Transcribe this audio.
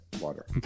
water